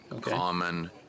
common